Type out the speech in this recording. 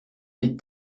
les